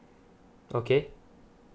okay